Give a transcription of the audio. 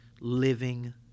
living